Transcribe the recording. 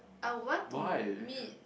I would want to meet